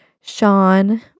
Sean